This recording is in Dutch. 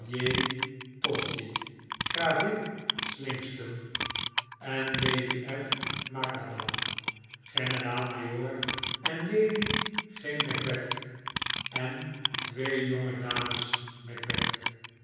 gravin slingstone en lady f macadam generaal-majoor en lady g macbeth en twee jonge dames